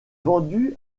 vendu